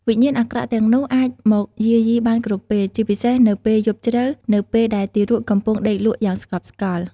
វិញ្ញាណអាក្រក់ទាំងនោះអាចមកយាយីបានគ្រប់ពេល ជាពិសេសនៅពេលយប់ជ្រៅនៅពេលដែលទារកកំពុងដេកលក់យ៉ាងស្កប់ស្កល់។